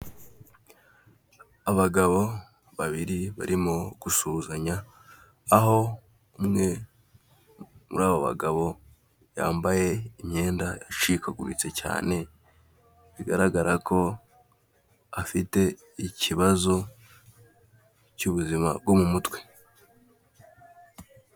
Abagabo babiri barimo gusuhuzanya, aho umwe muri abo bagabo yambaye imyenda ya icikaguritse cyane, bigaragara ko afite ikibazo cy'ubuzima bwo mu mutwe.